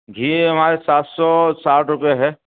گھی ہمارے سات سو ساٹھ روپے ہے